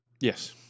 Yes